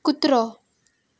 कुत्रो